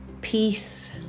peace